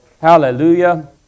Hallelujah